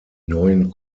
neuen